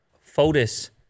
photos